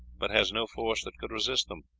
but has no force that could resist them.